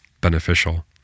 beneficial